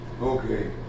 Okay